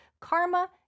Karma